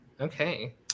okay